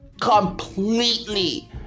completely